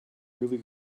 really